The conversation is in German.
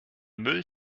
müll